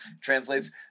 translates